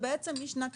ומאז 99'